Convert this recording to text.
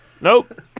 Nope